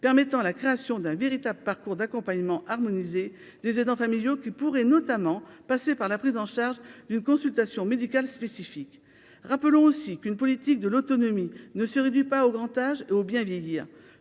permettant la création d'un véritable parcours d'accompagnement harmoniser des aidants familiaux qui pourrait notamment passer par la prise en charge d'une consultation médicale spécifique rappelons aussi qu'une politique de l'autonomie ne se réduit pas au grand âge au bien vieillir